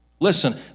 Listen